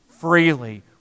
freely